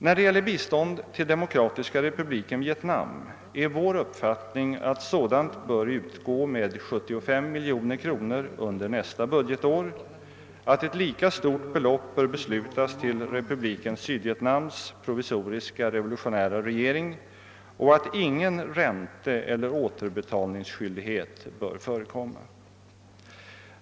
När det gäller bistånd till Demokratiska republiken Vietnam är vår uppfattning att sådant bör utgå med 75 miljoner kronor under nästa budgetår, att ett lika stort belopp bör beslutas till republiken Sydvietnams provisoriska revolutionära regering samt att ingen ränte = eller återbetalningsskyldighet bör förekomma.